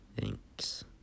thanks